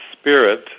spirit